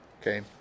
okay